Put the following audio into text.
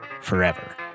forever